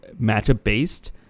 matchup-based